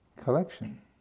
collection